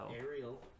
Ariel